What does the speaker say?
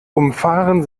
umfahren